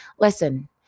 Listen